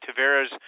Tavera's